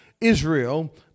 Israel